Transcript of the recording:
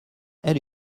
elle